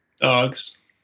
Dogs